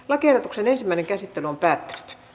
lakiehdotuksen ensimmäinen käsittely päättyi